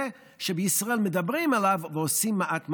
שבישראל מדברים עליו ועושים מעט מאוד.